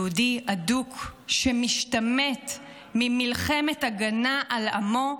יהודי אדוק שמשתמט ממלחמת הגנה על עמו,